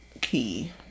key